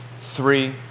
Three